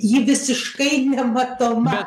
ji visiškai nematoma